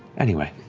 anyway.